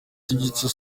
digital